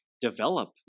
develop